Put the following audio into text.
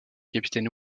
capitaine